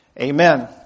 amen